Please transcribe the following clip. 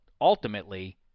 ultimately